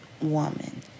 woman